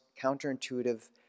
counterintuitive